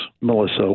Melissa